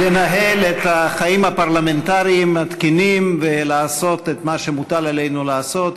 לנהל את החיים הפרלמנטריים התקינים ולעשות את מה שמוטל עלינו לעשות,